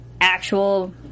actual